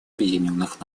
объединенных